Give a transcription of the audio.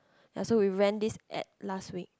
ya so we ran this app last week